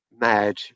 mad